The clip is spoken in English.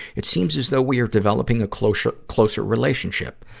it seems as though we are developing a closer closer relationship.